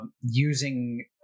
using